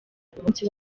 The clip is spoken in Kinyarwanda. umunsi